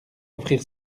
offrir